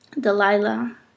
Delilah